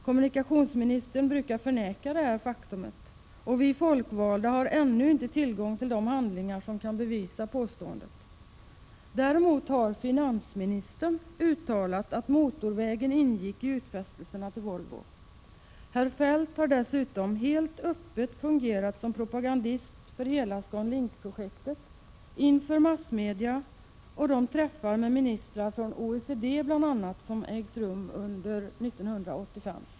Kommunikationsministern brukar förneka detta faktum, och vi folkvalda har ännu inte fått tillgång till de handlingar som kan bevisa påståendet. Finansministern har däremot uttalat att motorvägen ingick i utfästelserna till Volvo. Herr Feldt har dessutom helt öppet fungerat som propagandist för hela ScanLink-projektet inför massmedia och på de träffar med bl.a. ministrar fftån OECD som ägt rum under 1985.